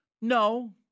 No